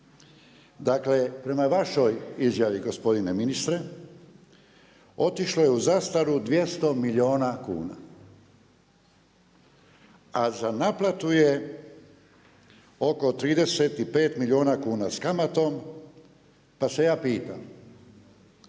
Dakle prema vašoj izjavi gospodine ministre, otišlo je u zastaru 200 milijuna kuna, a za naplatu je oko 35 milijuna kuna s kamatom. Pa se ja pitam,